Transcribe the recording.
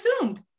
assumed